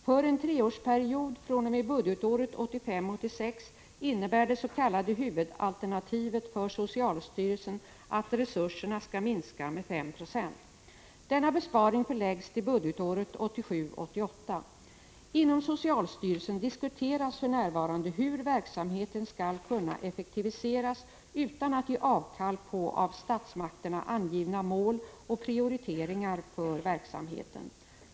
För en treårsperiod fr.o.m. budgetåret 1985 88. Inom socialstyrelsen diskuteras för närvarande hur verksamheten skall kunna effektiviseras utan att avkall ges på av statsmakterna angivna mål och prioriteringar för verksamheten.